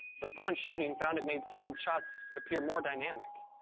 but upon shooting found it made some shots appear more dynamic.